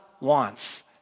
wants